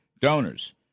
donors